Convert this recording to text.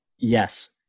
Yes